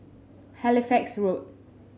Halifax Road